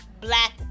black